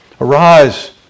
Arise